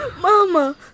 Mama